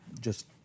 just-